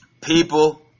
people